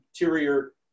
interior